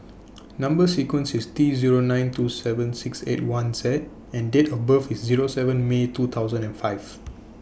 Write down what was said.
Number sequence IS T Zero nine two seven six eight one Z and Date of birth IS Zero seven May two thousand and five